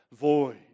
void